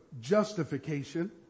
justification